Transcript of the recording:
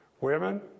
women